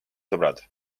sõbrad